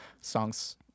songs